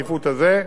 וכמו שאומרים,